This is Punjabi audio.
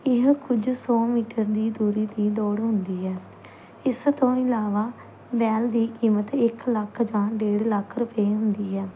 ਇਹ ਕੁਝ ਸੌ ਮੀਟਰ ਦੀ ਦੂਰੀ ਦੀ ਦੌੜ ਹੁੰਦੀ ਹੈ ਇਸ ਤੋਂ ਇਲਾਵਾ ਬੈਲ ਦੀ ਕੀਮਤ ਇੱਕ ਲੱਖ ਜਾਂ ਡੇਢ ਲੱਖ ਰੁਪਏ ਹੁੰਦੀ ਹੈ